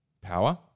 power